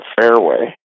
fairway